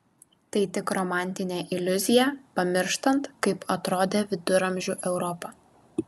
tai tik romantinė iliuzija pamirštant kaip atrodė viduramžių europa